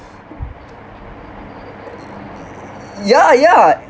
yeah yeah